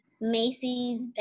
Macy's